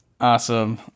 Awesome